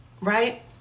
Right